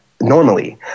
normally